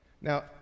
Now